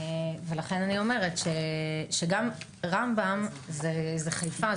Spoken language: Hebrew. ולכן אני אומרת: גם רמב"ם זה חיפה.